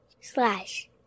slash